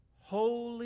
holy